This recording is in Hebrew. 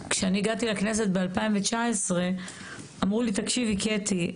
כשאני הגעתי לכנסת ב-2019 אמרו לי תקשיבי קטי,